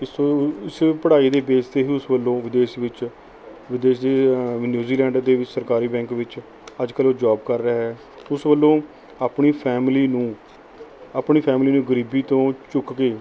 ਇਸ ਇਸ ਪੜ੍ਹਾਈ ਦੇ ਬੇਸ 'ਤੇ ਹੀ ਉਸ ਵੱਲੋਂ ਵਿਦੇਸ਼ ਵਿੱਚ ਵਿਦੇਸ਼ੀ ਨਿਊਜ਼ੀਲੈਂਡ ਦੇ ਵਿੱਚ ਸਰਕਾਰੀ ਬੈਂਕ ਵਿੱਚ ਅੱਜ ਕੱਲ੍ਹ ਉਹ ਜੋਬ ਕਰ ਰਿਹਾ ਹੈ ਉਸ ਵੱਲੋਂ ਆਪਣੀ ਫੈਮਿਲੀ ਨੂੰ ਆਪਣੀ ਫੈਮਲੀ ਨੂੰ ਗਰੀਬੀ ਤੋਂ ਚੁੱਕ ਕੇ